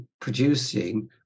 producing